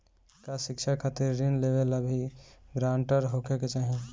का शिक्षा खातिर ऋण लेवेला भी ग्रानटर होखे के चाही?